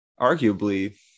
arguably